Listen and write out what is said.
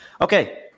Okay